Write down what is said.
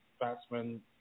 batsmen